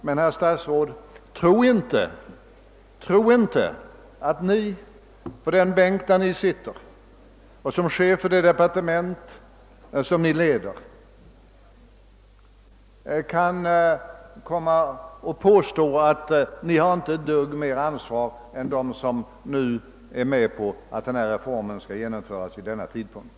Men tro inte, herr statsråd, att Ni som chef för det departement Ni leder kan påstå att ni inte alls har större ansvar än de som nu är med på att reformen skall genomföras vid den föreslagna tidpunkten!